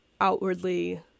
outwardly